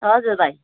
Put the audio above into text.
हजुर भाइ